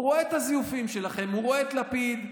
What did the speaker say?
הוא רואה את הזיופים שלכם, הוא רואה את לפיד,